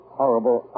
horrible